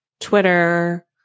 Twitter